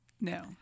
No